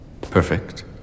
Perfect